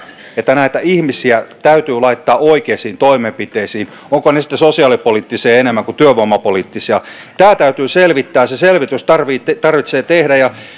että näitä ihmisiä täytyy laittaa oikeisiin toimenpiteisiin ovat ne sitten sosiaalipoliittisia enemmän kuin työvoimapoliittisia tämä täytyy selvittää se selvitys tarvitsee tarvitsee tehdä